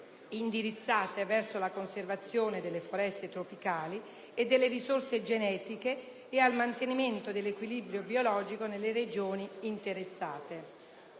indirizzate verso la conservazione delle foreste tropicali e delle risorse genetiche ed al mantenimento dell'equilibrio biologico nelle regioni interessate.